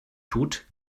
tut